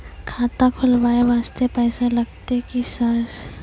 खाता खोलबाय वास्ते पैसो लगते की सर?